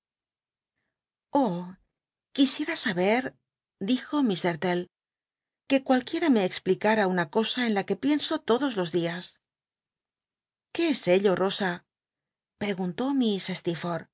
quisiera saber dijo miss darue ue cualquiera me explicara una cosa en la que pienso todos los dias qué es ello llosa preguntó